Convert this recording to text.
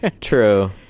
True